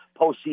postseason